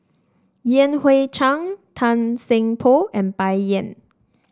Yan Hui Chang Tan Seng Poh and Bai Yan